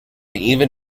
even